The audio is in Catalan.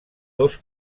dos